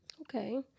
Okay